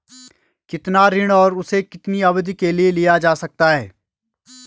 कितना ऋण और उसे कितनी अवधि के लिए लिया जा सकता है?